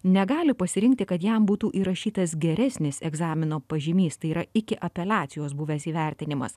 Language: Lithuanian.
negali pasirinkti kad jam būtų įrašytas geresnis egzamino pažymys tai yra iki apeliacijos buvęs įvertinimas